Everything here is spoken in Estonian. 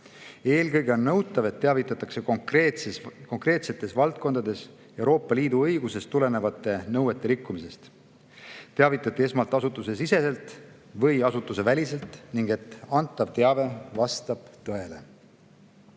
Eelkõige on nõutav, et teavitatakse konkreetsetes valdkondades Euroopa Liidu õigusest tulenevate nõuete rikkumisest, esmalt teavitati asutusesiseselt või asutuseväliselt ning et antav teave vastab tõele. Eelnõu